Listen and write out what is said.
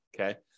Okay